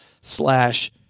slash